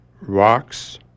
rocks